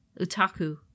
Utaku